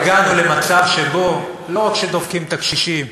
אם הגענו למצב שבו לא רק שדופקים את הקשישים,